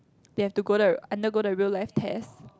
they have to go the undergo the real life test